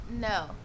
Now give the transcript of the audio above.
No